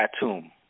Atum